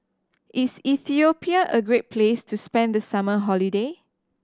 is Ethiopia a great place to spend the summer holiday